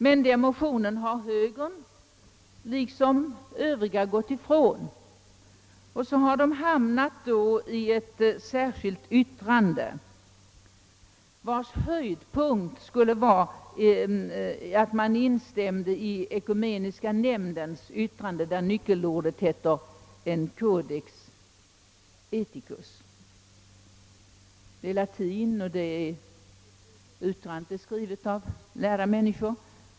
Men denna motion har högern liksom Övriga partier gått ifrån och så har man hamnat i ett särskilt yttrande, vars höjdpunkt skulle vara att man instämmer i ekumeniska nämndens utlåtande där nyckelordet är codex ethicus. Det är latin och utlåtandet är skrivet av lärda människor.